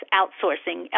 outsourcing